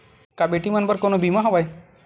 का बेटी मन बर कोनो बीमा हवय?